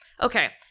Okay